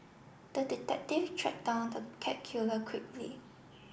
the detective tracked down the cat killer quickly